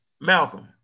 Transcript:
Malcolm